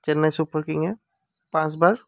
Chennai Super Kings পাঁচবাৰ